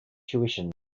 tuition